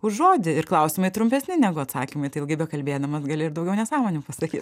už žodį ir klausimai trumpesni negu atsakymai tai ilgai bekalbėdamas gali ir daugiau nesąmonių pasakyt